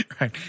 Right